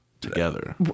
together